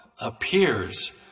appears